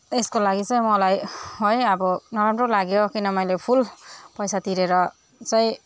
यसको लागि चाहिँ मलाई है अब नराम्रो लाग्यो किन मैले फुल पैसा तिरेर चाहिँ